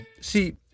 See